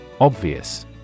Obvious